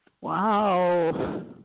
Wow